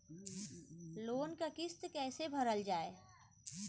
Loan क किस्त कैसे भरल जाए?